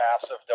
passive